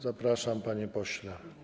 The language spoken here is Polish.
Zapraszam, panie pośle.